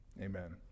Amen